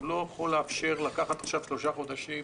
הוא לא יכול לאפשר לקחת עכשיו שלושה חודשים.